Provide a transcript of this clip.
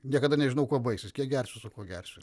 niekada nežinau kuo baigsis kiek gersiu su kuo gersiu